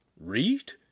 Read